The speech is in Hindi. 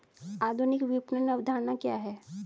आधुनिक विपणन अवधारणा क्या है?